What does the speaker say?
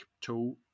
Tool